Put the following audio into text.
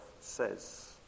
says